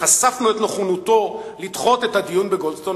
חשפנו את נכונותו לדחות את הדיון בדוח-גולדסטון,